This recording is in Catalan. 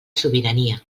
sobirania